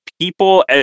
people